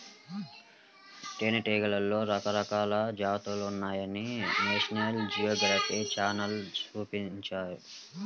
తేనెటీగలలో రకరకాల జాతులున్నాయని నేషనల్ జియోగ్రఫీ ఛానల్ చూపించారు